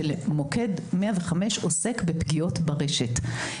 שמוקד 105 עוסק בפגיעות ברשת,